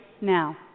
now